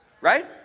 Right